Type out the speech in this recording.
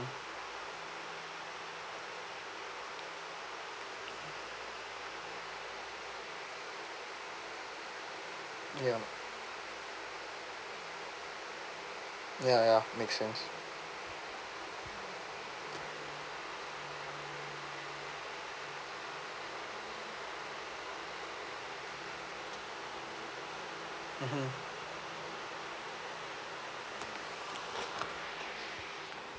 ya ya ya make sense mmhmm